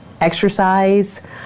exercise